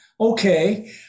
okay